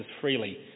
freely